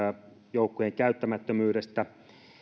joukkojen käyttämättömyydestä